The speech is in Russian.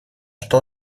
что